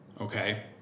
Okay